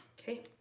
Okay